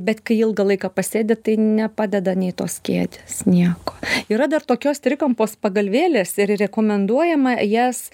bet kai ilgą laiką pasėdi tai nepadeda nei tos kėdės nieko yra dar tokios trikampos pagalvėlės ir rekomenduojama jas